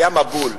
היה מבול.